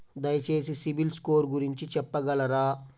దయచేసి CIBIL score గురించి చెప్పగలరా?